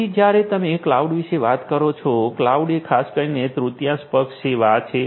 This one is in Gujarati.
તેથી જ્યારે તમે ક્લાઉડ વિશે વાત કરો છો ક્લાઉડ એ ખાસ કરીને તૃતીય પક્ષ સેવા છે